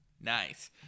nice